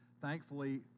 thankfully